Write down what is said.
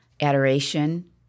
adoration